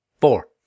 four